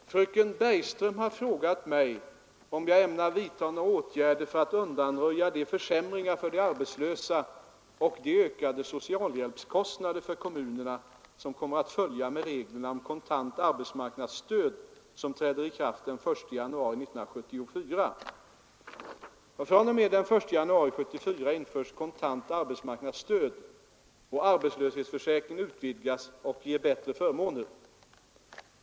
Herr talman! Fröken Bergström har frågat mig om jag ämnar vidta några åtgärder för att undanröja de försämringar för de arbetslösa och de ökade socialhjälpskostnader för kommunerna som kommer att följa med reglerna om kontant arbetsmarknadsstöd som träder i kraft den 1 januari 1974. fr.o.m. den 1 januari 1974 införs kontant arbetsmarknadsstöd och arbetslöshetsförsäkringen utvidgas och ger bättre förmåner.